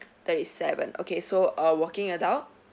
thirty seven okay so err working adult